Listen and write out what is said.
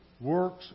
Works